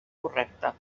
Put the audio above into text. correcte